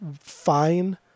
fine